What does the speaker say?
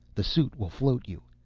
the suit will float you.